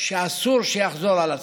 ואסור שיחזור על עצמו.